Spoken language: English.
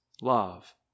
love